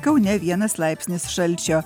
kaune vienas laipsnis šalčio